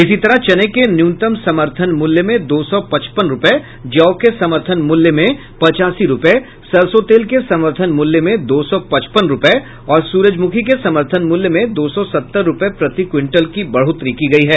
इसी तरह चने के न्यूनतम समर्थन मूल्य में दो सौ पचपन रुपए जौ के समर्थन मूल्य में पचासी रुपए सरसों तेल के समर्थन मूल्य में दो सौ पचपन रुपए और सूरजमुखी के समर्थन मूल्य में दो सौ सत्तर रुपए प्रति क्विंटल की बढ़ोतरी की गई है